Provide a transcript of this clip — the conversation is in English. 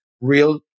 real